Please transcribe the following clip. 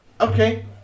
Okay